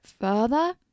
further